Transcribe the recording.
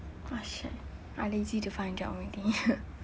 ah shit I lazy to find job already